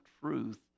truth